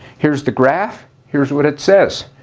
here's the graph. here's what it says.